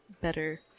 better